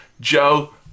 Joe